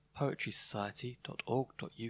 poetrysociety.org.uk